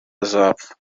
azapfa